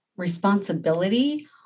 responsibility